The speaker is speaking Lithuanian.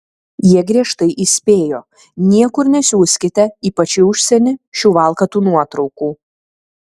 jie griežtai įspėjo niekur nesiųskite ypač į užsienį šių valkatų nuotraukų